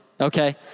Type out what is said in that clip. okay